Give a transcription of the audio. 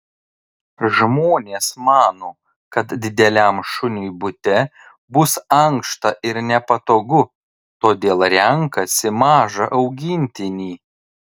žmonės mano kad dideliam šuniui bute bus ankšta ir nepatogu todėl renkasi mažą augintinį